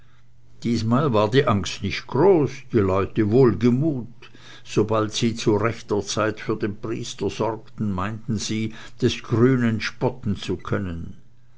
diesmal war die angst nicht groß die leute wohlgemut sobald sie zu rechter zeit für den priester sorgten meinten sie des grünen spotten zu können